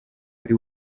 wari